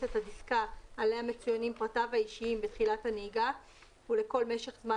את הדסקה עליה מצוינים פרטיו האישיים בתחילת הנהיגה ולכל משך זמן